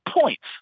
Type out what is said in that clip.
points